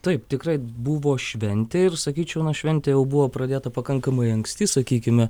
taip tikrai buvo šventė ir sakyčiau na šventė jau buvo pradėta pakankamai anksti sakykime